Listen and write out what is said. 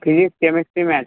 physics chemistry maths